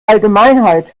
allgemeinheit